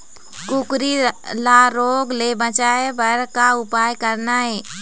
कुकरी ला रोग ले बचाए बर का उपाय करना ये?